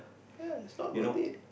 ya it's not worth it